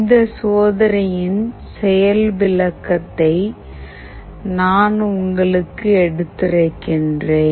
இந்த சோதனையின் செயல் விளக்கத்தை நான் உங்களுக்கு எடுத்துரைக்கிறேன்